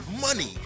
money